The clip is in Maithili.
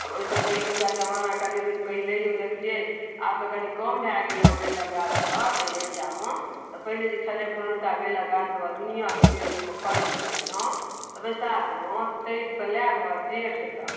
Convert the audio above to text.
आब ओहिसँ पहिलुका जमाना कनि दिन पहिले देखिए आब तऽ कनि कम भऽ गेल हँ बेलके गाछसब एहि एरिआमे तऽ पहिले जे छलै पुरनका बेलके गाछसब आओर दुनिआके बेल लोकके फड़ै छलनि हँ तऽ बैसाख मास चैतसँ लऽ कऽ जेठ तक